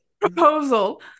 proposal